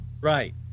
Right